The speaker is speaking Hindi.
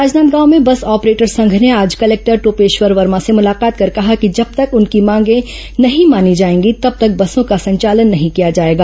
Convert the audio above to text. राजनांदगांव में बस ऑपरेटर संघ ने आज कलेक्टर टोपेश्वर वर्मा से मुलाकात कर कहा कि जब तक उनकी मांगें नहीं मानी जाएगी तब तक बसों का संचालन नहीं किया जाएगा